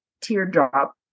teardrop